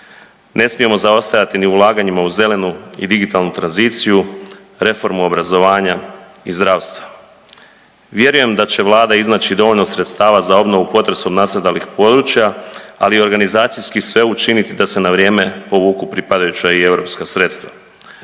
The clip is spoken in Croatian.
ne smijemo zaostajati ni u ulaganjima u zelenu i digitalnu tranziciju, reformu obrazovanja i zdravstva. Vjerujem da će Vlada iznaći dovoljno sredstava za obnovu potresom nastradalih područja, ali organizacijski sve učiniti da se na vrijeme povuku pripadajuća i europska sredstva.